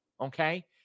okay